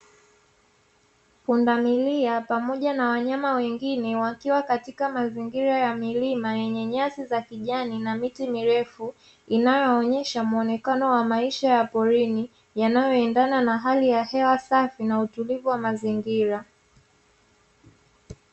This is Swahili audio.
Pundamilia pamoja na wanyama wengine wakiwa katika mazingira ya milima yenye nyasi za kijani na miti mirefu, inayoonyesha muonekano wa maisha ya porini yanayoendana na hali ya hewa safi na utulivu wa mazingira.